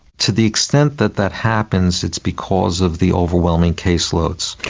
to the extent that that happens it's because of the overwhelming caseloads.